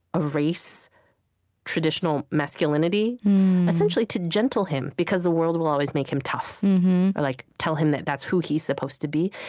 erase traditional masculinity essentially, to gentle him, because the world will always make him tough or like tell him that's who he's supposed to be.